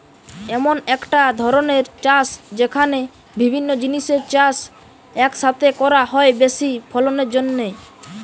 এমন একটা ধরণের চাষ যেখানে বিভিন্ন জিনিসের চাষ এক সাথে করা হয় বেশি ফলনের জন্যে